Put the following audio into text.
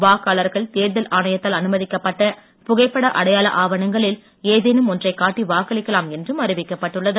வாக்காளர்கள் தேர்தல் ஆணையத்தால் அனுமதிக்கப்பட்ட புகைப்பட அடையாள ஆவணங்களில் ஏதேனும் ஒன்றைக் காட்டி வாக்களிக்கலாம் என்றும் அறிவிக்கப்பட்டுள்ளது